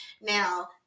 Now